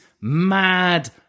mad